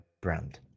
brand